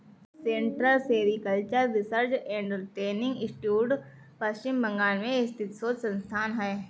central sericultural research and training institute Paschim Bengal में स्थित शोध संस्थान है